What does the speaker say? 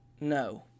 No